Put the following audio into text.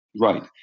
Right